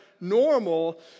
normal